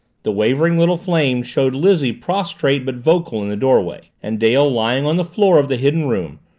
the wavering little flame showed lizzie prostrate but vocal, in the doorway and dale lying on the floor of the hidden room,